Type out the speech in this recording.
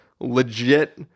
legit